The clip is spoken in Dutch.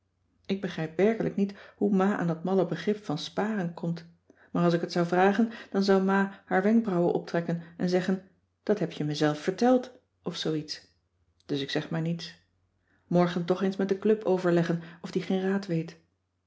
ik begrijp werkelijk niet hoe ma aan dat malle begrip van sparen komt maar als ik het zou vragen dan zou ma haar wenkbrauwen optrekken en zeggen dat heb je me zelf verteld of zoo iets dus ik zeg maar niets morgen cissy van marxveldt de h b s tijd van joop ter heul toch eens met de club overleggen of die geen raad weet